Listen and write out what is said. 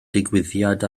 digwyddiad